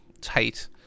tight